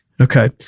Okay